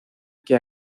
que